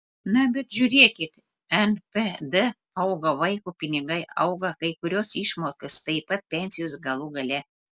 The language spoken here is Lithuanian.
na bet žiūrėkit npd auga vaiko pinigai auga kai kurios išmokos taip pat pensijos galų gale